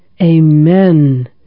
Amen